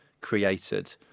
created